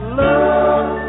love